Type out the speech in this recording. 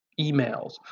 emails